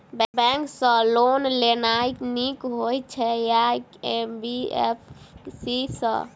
Bank सँ loan लेनाय नीक होइ छै आ की एन.बी.एफ.सी सँ?